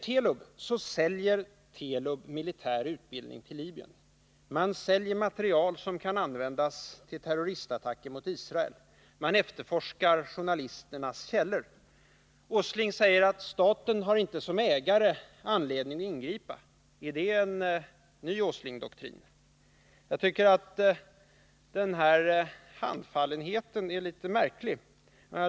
Telub säljer militär utbildning till Libyen, man säljer material som kan användas till terroristaktioner mot Israel och man efterforskar journalisternas källor. Nils Åsling säger att staten inte som ägare har anledning att ingripa. Är det en ny Åslingdoktrin? Jag tycker att den här handfallenheten är litet märklig.